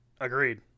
Agreed